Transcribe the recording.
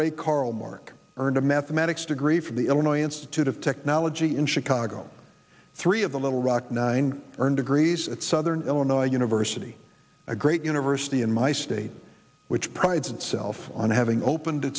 ray carle mark earned a mathematics degree from the illinois institute of technology in chicago three of the little rock nine earned degrees at southern illinois university a great university in my state which prides itself on having open